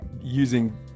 using